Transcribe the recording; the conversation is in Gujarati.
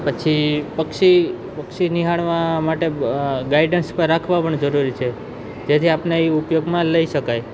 પછી પક્ષી પક્ષી નિહાળવા માટે ગાઈડન્સ પણ રાખવા પણ જરૂરી છે જેથી આપને એ ઉપયોગમાં લઈ શકાય